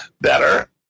better